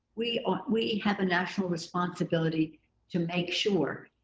we ah we have a national responsibility to make sure.